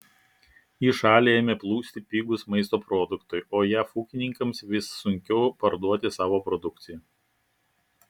į šalį ėmė plūsti pigūs maisto produktai o jav ūkininkams vis sunkiau parduoti savo produkciją